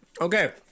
Okay